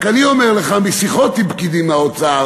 רק אני אומר לך משיחות עם פקידים מהאוצר,